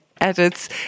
edits